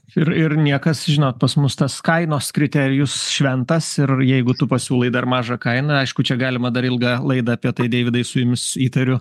ir ir niekas žinot pas mus tas kainos kriterijus šventas ir jeigu tu pasiūlai dar mažą kainą aišku čia galima dar ilgą laidą apie tai deividai su jumis įtariu